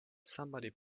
somebody